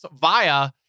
via